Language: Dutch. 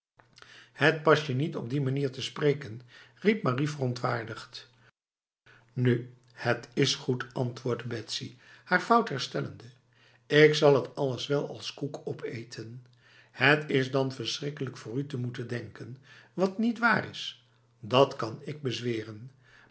het past je niet op die manier te spreken riep marie verontwaardigd nu het is goed antwoordde betsy haar fout herstellende ik zal het alles wel als koek opeten het is dan verschrikkelijk voor u te moeten denken wat niet waar is dat kan ik bezweren